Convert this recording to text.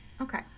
Okay